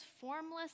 formless